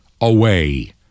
away